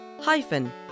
hyphen